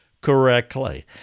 correctly